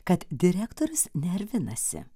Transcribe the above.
kad direktorius nervinasi